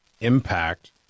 impact